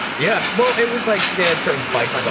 yeah, well it was like they had certain spice like